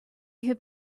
have